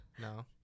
No